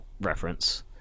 reference